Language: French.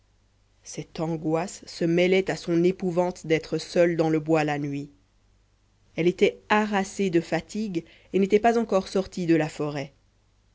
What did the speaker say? cette angoisse se mêlait à son épouvante d'être seule dans le bois la nuit elle était harassée de fatigue et n'était pas encore sortie de la forêt